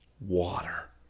Water